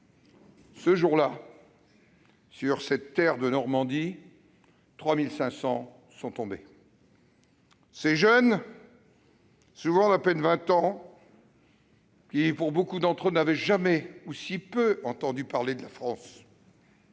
Ce jour-là, sur cette terre de Normandie, 3 500 sont tombés. Ces jeunes, souvent d'à peine 20 ans, dont beaucoup d'entre eux n'avaient jamais- ou si peu -entendu parler de la France,